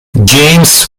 james